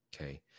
Okay